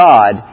God